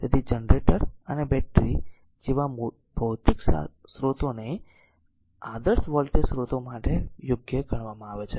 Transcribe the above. તેથી જનરેટર અને બેટરી જેવા ભૌતિક સ્ત્રોતોને આદર્શ વોલ્ટેજ સ્રોતો માટે યોગ્ય ગણવામાં આવે છે